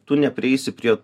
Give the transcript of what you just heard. tu neprieisi prie